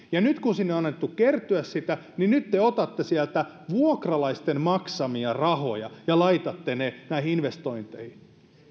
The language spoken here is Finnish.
nyt kun sinne on annettu kertyä sitä niin nyt te otatte sieltä vuokralaisten maksamia rahoja ja laitatte ne näihin investointeihin